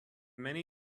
many